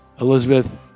Elizabeth